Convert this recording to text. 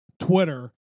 Twitter